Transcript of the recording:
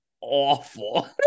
awful